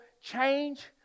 change